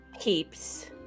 keeps